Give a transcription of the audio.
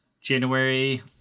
January